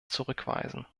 zurückweisen